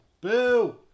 Boo